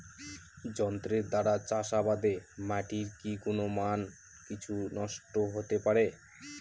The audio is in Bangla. যন্ত্রের দ্বারা চাষাবাদে মাটির কি গুণমান কিছু নষ্ট হতে পারে?